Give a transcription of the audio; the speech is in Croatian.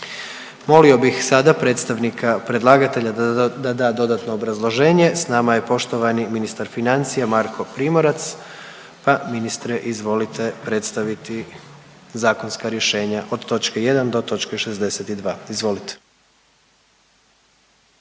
Molio bih sada predstavnika predlagatelja da da dodatno obrazloženje, s nama je poštovani ministar financija Marko Primorac, pa ministre izvolite predstaviti zakonska rješenja od točke 1. do točke 62..